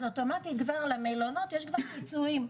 אז אוטומטית כבר למלונות יש פיצויים,